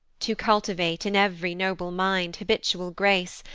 to cultivate in ev'ry noble mind habitual grace,